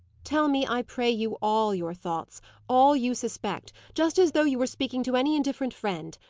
tell me, i pray you, all your thoughts all you suspect just as though you were speaking to any indifferent friend.